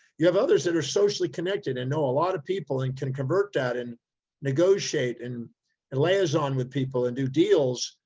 you have others that are socially connected and know a lot of people and can convert that and negotiate and and liaison with people and do deals.